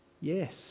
yes